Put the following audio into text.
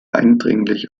eindringlich